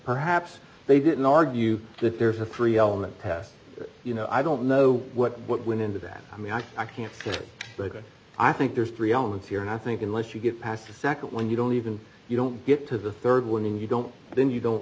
perhaps they didn't argue that there's a free element past you know i don't know what went into that i mean i i can't say that i think there's three elements here and i think unless you get past the nd one you don't even you don't get to the rd one and you don't then you don't